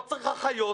לא צריך אחיות,